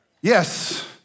Yes